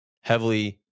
heavily